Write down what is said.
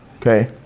okay